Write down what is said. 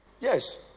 yes